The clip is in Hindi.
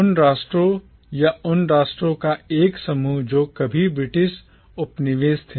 उन राष्ट्रों या उन राष्ट्रों का एक समूह जो कभी ब्रिटिश उपनिवेश थे